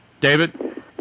David